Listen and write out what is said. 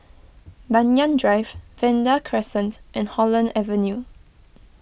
Banyan Drive Vanda Crescent and Holland Avenue